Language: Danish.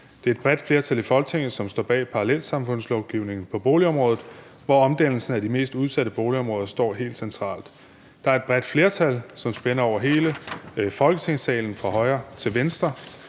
Det er et bredt flertal i Folketinget, som står bag parallelsamfundslovgivningen på boligområdet, hvor omdannelsen af de mest udsatte boligområder står helt centralt. Der er et bredt flertal, som spænder over hele Folketingssalen, fra højre til venstre,